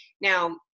Now